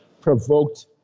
provoked